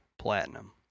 platinum